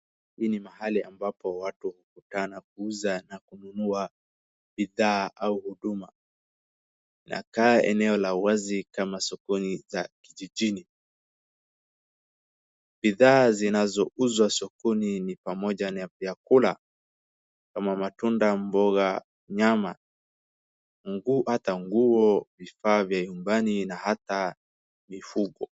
Hii ni mahali ambapo watu hukutana kuuza na kununua bidhaa au huduma. Inakaa eneo la wazi kama sokoni cha kijijini. Bidhaa zinazouzwa soko ni pamoja na vyakula kama matunda , boga, nyama na hata nguo, vifaa vya nyumbani na hata vifungo.